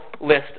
list